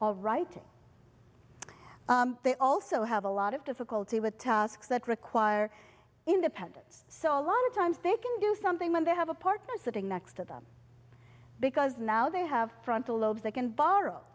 all right they also have a lot of difficulty with tasks that require independence so a lot of times they can do something when they have a partner sitting next to them because now they have frontal lobes they can borrow